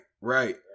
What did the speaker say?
right